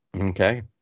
okay